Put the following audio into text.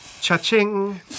Cha-ching